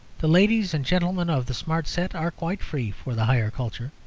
the ladies and gentlemen of the smart set are quite free for the higher culture,